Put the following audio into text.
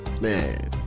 Man